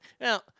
Now